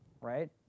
right